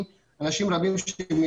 אנשים עם